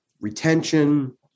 retention